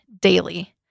daily